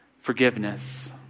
forgiveness